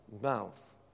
mouth